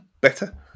Better